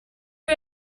you